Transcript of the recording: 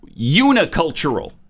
unicultural